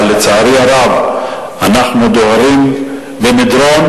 אבל לצערי הרב אנחנו דוהרים במדרון,